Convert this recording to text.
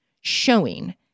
showing